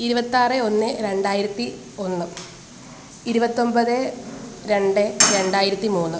ഇരുപത്തിയാറ് ഒന്ന് രണ്ടായിരത്തി ഒന്ന് ഇരുപത്തിയൊൻപത് രണ്ട് രണ്ടായിരത്തി മൂന്ന്